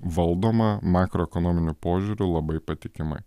valdoma makroekonominiu požiūriu labai patikimai